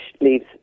leaves